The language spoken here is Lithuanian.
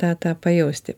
tą tą pajausti